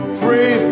free